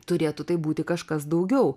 turėtų tai būti kažkas daugiau